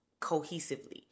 cohesively